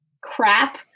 crap